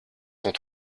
sont